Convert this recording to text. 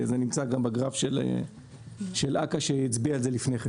זה נמצא גם בגרף שלך אכ"א שהצביע על זה קודם לכן.